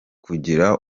kugira